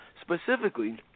specifically